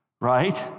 right